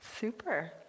Super